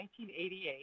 1988